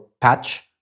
patch